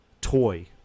toy